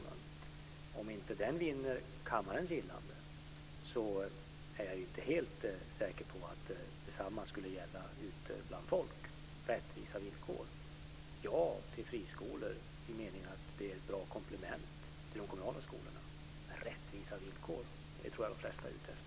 Även om förslaget inte vinner kammarens gillande är jag inte helt säker på att detsamma skulle gälla ute bland folk. Vi vill ha rättvisa villkor, och vi säger ja till friskolor som ett bra komplement till de kommunala skolorna. Rättvisa villkor tror jag de flesta är ute efter.